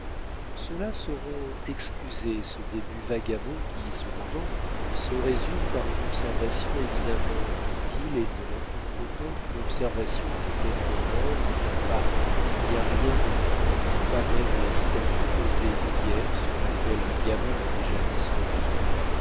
ceux-là sauront excuser ce début vagabond qui cependant se résume par une observation éminemment utile et neuve autant qu'une observation peut être neuve à paris où il n'y a rien de neuf pas même la statue posée d'hier sur laquelle un gamin a déjà mis son nom